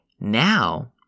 Now